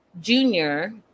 Junior